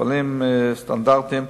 ספלים סטנדרטיים,